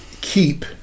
keep